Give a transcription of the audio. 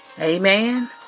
Amen